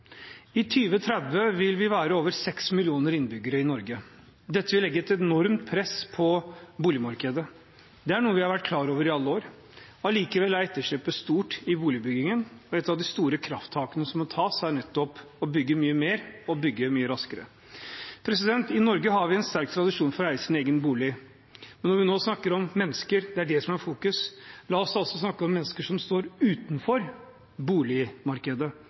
I 2030 vil vi være over 6 millioner innbyggere i Norge. Dette vil legge et enormt press på boligmarkedet. Det er noe vi har vært klar over i alle år, allikevel er etterslepet stort i boligbyggingen. Ett av de store krafttakene som må tas, er nettopp å bygge mye mer og bygge mye raskere. I Norge har vi en sterk tradisjon for å eie sin egen bolig. Men når vi nå snakker om mennesker – det er det som er i fokus – la oss da også snakke om mennesker som står utenfor boligmarkedet